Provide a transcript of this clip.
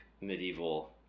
medieval